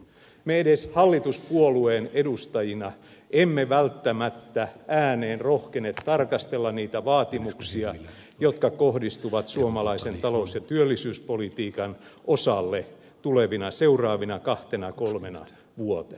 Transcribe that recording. me edes hallituspuolueen edustajina emme välttämättä ääneen rohkene tarkastella niitä vaatimuksia jotka kohdistuvat suomalaiseen talous ja työllisyyspolitiikkaan seuraavina kahtena kolmena vuotena